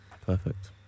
Perfect